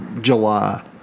July